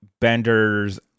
Bender's